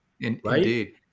Indeed